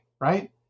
right